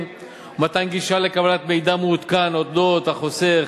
ומתן גישה לקבלת מידע מעודכן אודות החוסך,